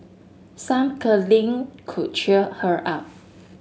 some cuddling could cheer her up